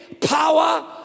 power